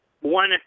One –